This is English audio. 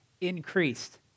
increased